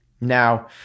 Now